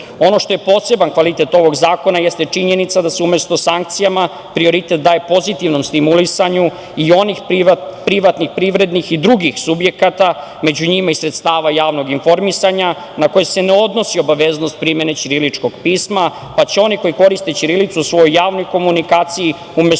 što je poseban kvalitet ovog zakona jeste činjenica da se umesto sankcijama prioritet daje pozitivnom stimulisanju i onih privatnih privrednih i drugih subjekta, među njima i sredstava javnog informisanja na koje se ne odnosi obaveznost primene ćiriličnog pisma, pa će oni koji koriste ćirilicu u svojoj javnoj komunikaciji umesto